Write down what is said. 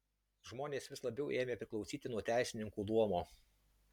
žmonės vis labiau ėmė priklausyti nuo teisininkų luomo